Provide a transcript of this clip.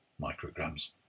micrograms